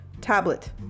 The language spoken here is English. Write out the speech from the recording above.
tablet